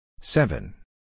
Seven